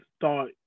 thought